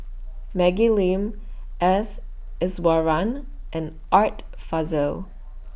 Maggie Lim S Iswaran and Art Fazil